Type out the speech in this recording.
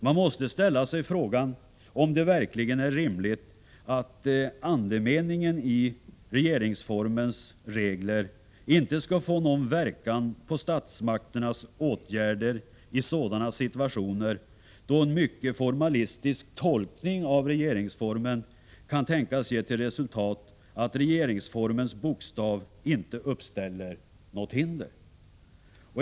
Man måste ställa sig frågan om det verkligen är rimligt att andemeningen i regeringsformens regler inte skall få någon verkan på statsmakternas åtgärder i sådana situationer då en mycket formalistisk tolkning av regeringsformen kan tänkas ge till resultat att regeringsformens bokstav inte uppställer något hinder.